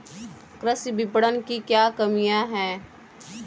कृषि विपणन की क्या कमियाँ हैं?